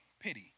pity